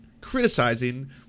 criticizing